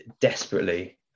desperately